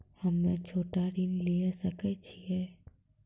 हम्मे छोटा ऋण लिये सकय छियै?